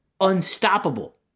unstoppable